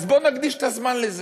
בואו נקדיש את הזמן לזה.